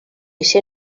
ésser